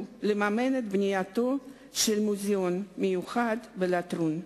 לממן את בנייתו של מוזיאון מיוחד בלטרון,